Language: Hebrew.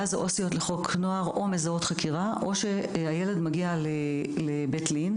ואז העו"סיות לחוק נוער או מזהות חקירה או שהילד מגיע לבית לין.